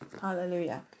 Hallelujah